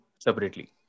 separately